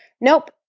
nope